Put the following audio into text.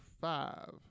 five